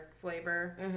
flavor